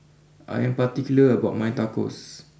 I am particular about my Tacos